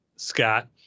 Scott